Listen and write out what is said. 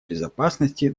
безопасности